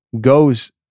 goes